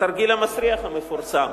"התרגיל המסריח" המפורסם.